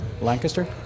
lancaster